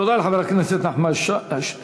תודה לחבר הכנסת נחמן שי.